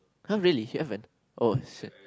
!huh! really he haven't oh shit